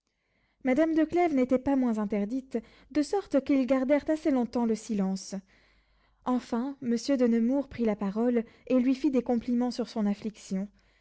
madame de clèves n'était pas moins interdite de sorte qu'ils gardèrent assez longtemps le silence enfin monsieur de nemours prit la parole et lui fit des compliments sur son affliction